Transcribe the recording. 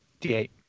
D8